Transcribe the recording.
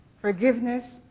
Forgiveness